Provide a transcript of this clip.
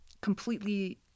completely